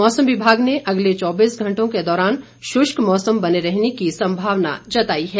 मौसम विभाग ने अगले चौबीस घंटों के दौरान शुष्क मौसम बने रहने की संभावना जताई है